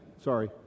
sorry